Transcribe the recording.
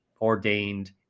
ordained